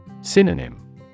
Synonym